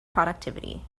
productivity